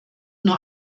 nur